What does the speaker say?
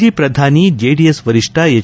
ಮಾಜಿ ಪ್ರಧಾನಿ ಜೆಡಿಎಸ್ ವರಿಷ್ಠ ಹೆಚ್